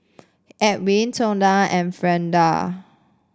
Elwin Tonda and Freida